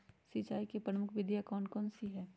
सिंचाई की प्रमुख विधियां कौन कौन सी है?